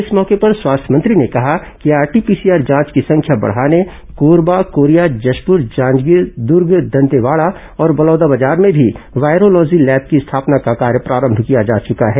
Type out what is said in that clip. इस मौके पर स्वास्थ्य मंत्री ने कहा कि आरटी पीसीआर जांच की संख्या बढ़ाने कोरबा कोरिया जशपुर जांजगीर दर्ग दंतेवाडा और बलौदाबाजार में भी वायरोलॉजी लैब की स्थापना का कार्य प्रारंभ किया जा चुका है